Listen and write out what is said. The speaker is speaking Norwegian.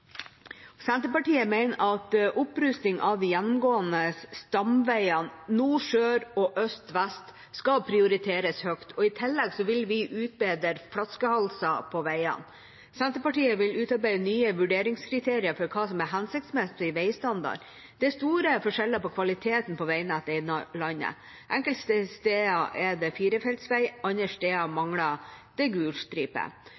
Senterpartiet mener at opprusting av de gjennomgående stamveiene nord–sør og øst–vest skal prioriteres høyt. I tillegg vil vi utbedre flaskehalser på veiene. Senterpartiet vil utarbeide nye vurderingskriterier for hva som er hensiktsmessig veistandard. Det er store forskjeller på kvaliteten på veinettet i landet. Enkelte steder er det firefelts vei, andre steder